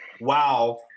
Wow